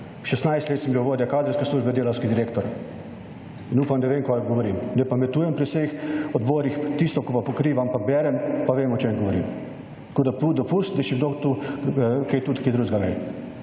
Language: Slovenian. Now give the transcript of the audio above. let sem bil vodja kadrovske službe, delavski direktor in upam, da vem kaj govorim. Ne pametujem pri vseh odborih, tisto ko pa pokrivam pa berem, pa vem o čem govorim. Tako, da pusti, je še kdo tukaj, tudi kaj drugega ve,